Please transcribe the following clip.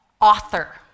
author